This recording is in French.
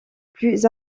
plus